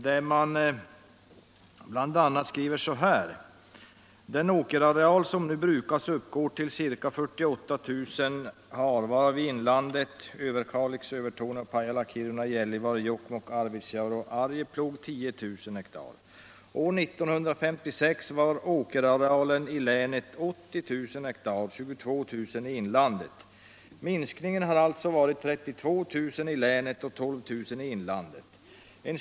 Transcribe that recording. Där skrivs bl.a. så här: ”Den åkerareal som nu brukas uppgår till ca 48 000 ha varav i inlandet 10 000 ha. År 1956 var åkerarealen i länet 80 000 ha och 22000 ha i inlandet. Minskningen har alltså varit 32 000 i länet och 12 000 i inlandet.